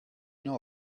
know